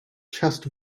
chest